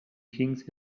kings